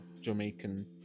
Jamaican